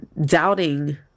doubting